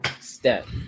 Step